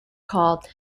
called